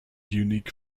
unique